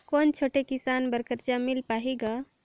कौन छोटे किसान बर कर्जा मिल पाही ग?